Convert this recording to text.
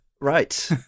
Right